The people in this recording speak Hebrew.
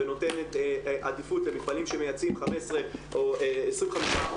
ונותנת עדיפות למפעלים שמייצאים 15% או 25%,